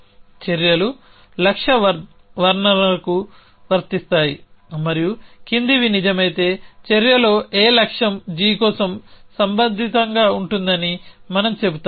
చర్యలు లక్ష్య వర్ణనలకు వర్తిస్తాయి మరియు కిందివి నిజమైతే చర్యలో A లక్ష్యం g కోసం సంబంధితంగా ఉంటుందని మనం చెబుతాము